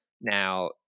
Now